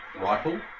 rifle